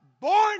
born